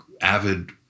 avid